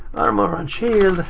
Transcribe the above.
armor and shield.